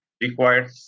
required